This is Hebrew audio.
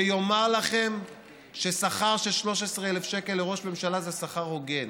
שיאמר לכם ששכר של 13,000 שקל לראש ממשלה זה שכר הוגן.